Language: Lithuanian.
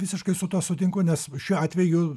visiškai su tuo sutinku nes šiuo atveju